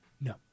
No